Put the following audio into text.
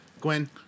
Gwen